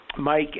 Mike